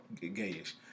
gayish